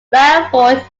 melford